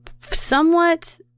somewhat